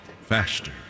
Faster